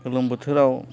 गोलोम बोथोराव